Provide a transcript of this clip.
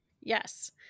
Yes